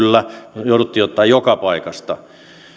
säästöpaketin kyllä me jouduimme ottamaan joka paikasta